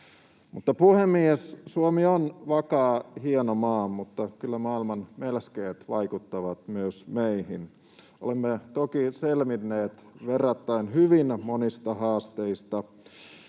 toimia. Puhemies! Suomi on vakaa, hieno maa, mutta kyllä maailman melskeet vaikuttavat myös meihin. Olemme toki selvinneet verrattain hyvin monista haasteista